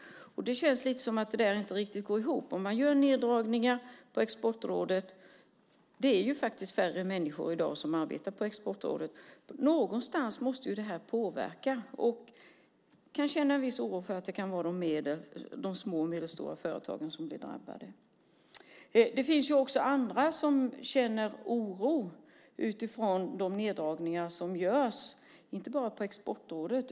Det känns lite som att det inte riktigt går ihop. Man gör neddragningar på Exportrådet. Det är faktiskt färre människor i dag som arbetar på Exportrådet. Någonstans måste det påverka, och jag kan känna en viss oro för att det kan vara de små och medelstora företagen som blir drabbade. Det finns också andra som känner oro utifrån de neddragningar som görs, inte bara på Exportrådet.